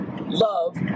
love